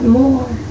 more